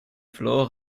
verloren